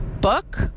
book